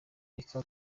reka